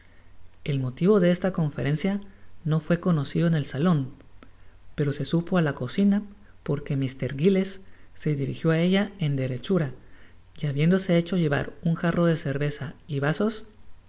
el motivo de esta conferencia no fué conocido en el salon pero se supo á la cocina porque mr giles se dirijió á ella en derechura y habiéndose hecho llevar un jarro de cerveza y vasos